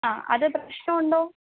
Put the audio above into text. ആ അത് പ്രശ്നം ഉണ്ടോ